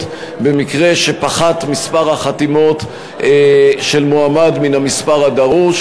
במקרה שפחת מספר החתימות של מועמד מהמספר הדרוש.